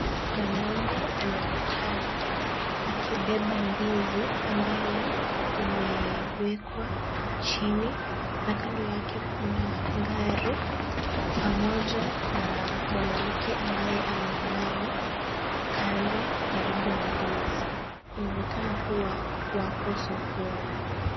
Mwanaume anaonekana akibeba ndizi ambayo imewekwa chini na kando yake kuna gari pamoja na mwanamke ambaye ameinama kando karibu na ndizi. Inaonekana kuwa wako sokoni.